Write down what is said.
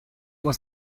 was